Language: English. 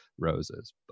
roses